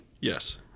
Yes